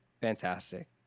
fantastic